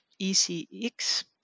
ECX